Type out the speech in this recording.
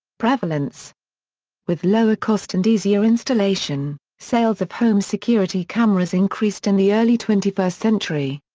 prevalence with lower cost and easier installation, sales of home security cameras increased in the early twenty first century.